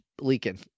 leaking